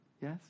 Yes